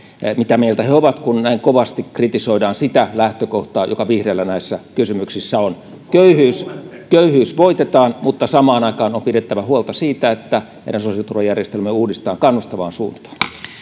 mitä mieltä he ovat kun näin kovasti kritisoidaan sitä lähtökohtaa joka vihreillä näissä kysymyksissä on köyhyys köyhyys voitetaan mutta samaan aikaan on pidettävä huolta siitä että meidän sosiaaliturvajärjestelmäämme uudistetaan kannustavaan suuntaan